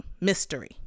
mystery